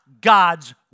God's